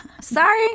Sorry